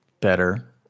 better